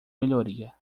melhoria